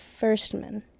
firstman